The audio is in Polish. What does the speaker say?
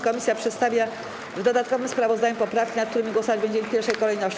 Komisja przedstawia w dodatkowym sprawozdaniu poprawki, nad którymi głosować będziemy w pierwszej kolejności.